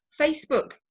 Facebook